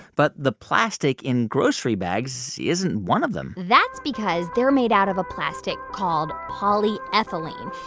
but the plastic in grocery bags isn't one of them that's because they're made out of a plastic called polyethylene.